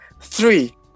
Three